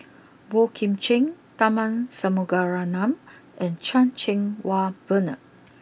Boey Kim Cheng Tharman Shanmugaratnam and Chan Cheng Wah Bernard